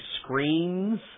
screens